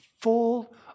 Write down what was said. full